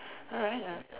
alright alright